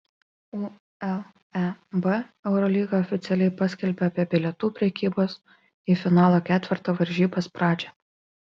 uleb eurolyga oficialiai paskelbė apie bilietų prekybos į finalo ketverto varžybas pradžią